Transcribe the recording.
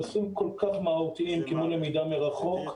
יש נושאים כל כך מהותיים כמו למידה מרחוק,